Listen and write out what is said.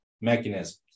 mechanisms